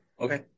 okay